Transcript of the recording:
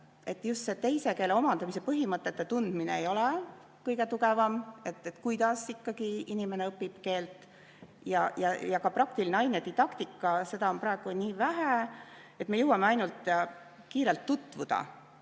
et just see teise keele omandamise põhimõtete tundmine ei ole kõige tugevam, et kuidas ikkagi inimene õpib keelt. Praktiline ainedidaktika, seda on praegu nii vähe. Me jõuame ainult kiirelt tutvuda